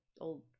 old